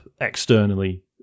externally